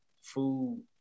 food